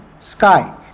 Sky